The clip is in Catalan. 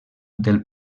del